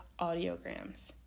audiograms